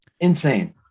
Insane